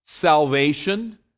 Salvation